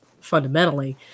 fundamentally